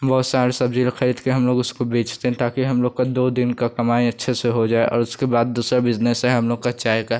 बहुत सारी सब्ज़ी ख़रीदकर हम लोग उसको बेचते हैं ताकि हम लोग की दो दिन की कमाई अच्छे से हो जाए उसके बाद दूसरा बिज़नेस है हम लोग का चाय का